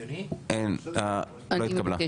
לא התקבלה.